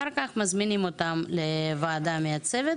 אחר כך מזמינים אותן לוועדה מייצגת